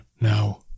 now